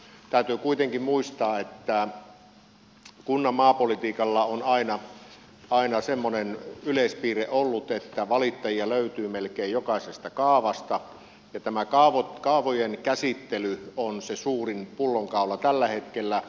täytyy kuitenkin muistaa että kunnan maapolitiikalla on aina semmoinen yleispiirre ollut että valittajia löytyy melkein jokaisesta kaavasta ja tämä kaavojen käsittely on se suurin pullonkaula tällä hetkellä